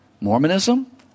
Mormonism